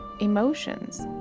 emotions